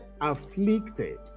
afflicted